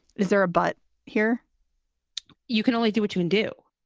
is there a but here you can only do what you and do.